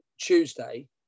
Tuesday